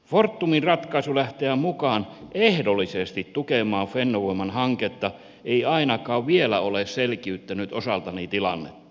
fortumin ratkaisu lähteä mukaan ehdollisesti tukemaan fennovoiman hanketta ei ainakaan vielä ole selkiyttänyt osaltani tilannetta